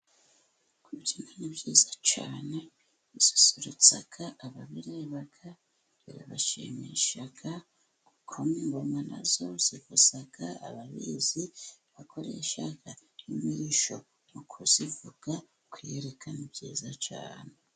Kubyina ni byiza cyane, bisusurutsa ababireba, birabashimisha, gukoma ingoma nazo zivuza ababizi, bakoresha imirishyo mu kuzivuga, kwiyerekana ni ibyiza cyane.